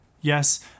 Yes